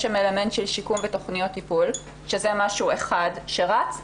יש שם אלמנט של שיקום ותכניות טיפול שזה דבר אחד שרץ.